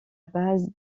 base